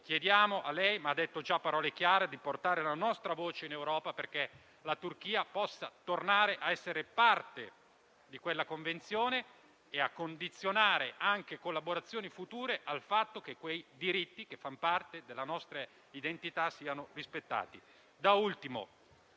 Chiediamo a lei, che ha detto già parole chiare, di portare la nostra voce in Europa perché la Turchia possa tornare a essere parte di quella Convenzione e di condizionare anche collaborazioni future al fatto che quei diritti, che fanno parte della nostra identità, siano rispettati.